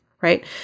right